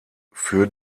für